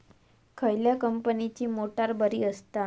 खयल्या कंपनीची मोटार बरी असता?